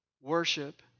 worship